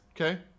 Okay